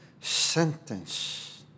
sentence